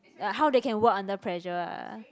like how they can work under pressure ah